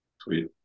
Sweet